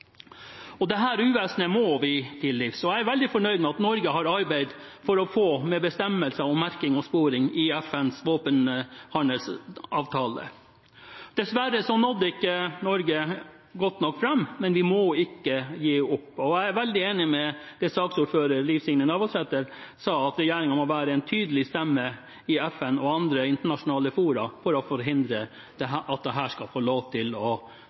uvesenet må vi til livs. Jeg er veldig fornøyd med at Norge har arbeidet for å få med bestemmelser om merking og sporing i FNs våpenhandelsavtale. Dessverre nådde ikke Norge godt nok fram, men vi må ikke gi opp. Jeg er veldig enig i det saksordfører Liv Signe Navarsete sa – at regjeringen må være en tydelig stemme i FN og andre internasjonale fora for å forhindre at dette skal få lov til å